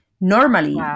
Normally